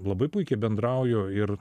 labai puikiai bendrauju ir